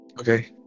Okay